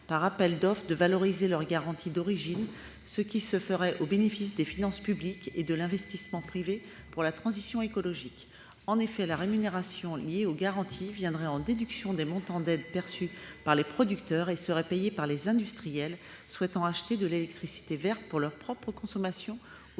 par appels d'offres de valoriser leurs garanties d'origine, ce qui se ferait au bénéfice des finances publiques et de l'investissement privé pour la transition écologique. En effet, la rémunération liée aux garanties viendrait en déduction des montants d'aides perçues par les producteurs et serait payée par les industriels souhaitant acheter de l'électricité verte pour leur propre consommation ou